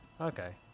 Okay